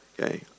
Okay